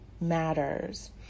matters